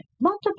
multiple